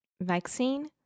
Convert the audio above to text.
vaccine